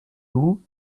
houx